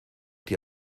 die